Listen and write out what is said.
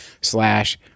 slash